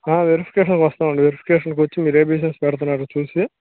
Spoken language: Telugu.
వెరిఫికేషన్కి వస్తామండీ వెరిఫికేషన్కి వచ్చి మీరు ఏ బిజినెస్ పెడతన్నారో చూసి